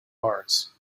mars